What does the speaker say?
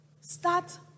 Start